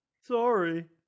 Sorry